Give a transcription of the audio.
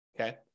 okay